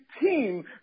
team